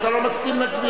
אם אתה לא מסכים, נצביע.